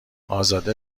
ازاده